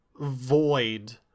void